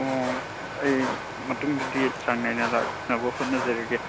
ꯑꯣ ꯑꯩ ꯃꯇꯨꯡꯗꯗꯤ ꯆꯥꯡ ꯅꯥꯏꯅ ꯂꯥꯛꯅꯕ ꯍꯣꯠꯅꯖꯔꯒꯦ